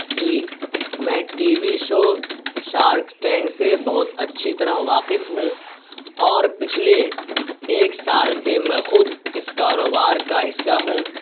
جی میں T V show Shark Tank سے بہت اچھی طرح واقف ہوں اور پچھلے ایک سال سے میں خود اس کاروبار کا حصہ ہوں